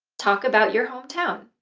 talk about your hometown.